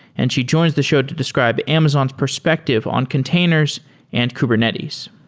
and she joins the show to describe amazon's perspective on containers and kubernetes.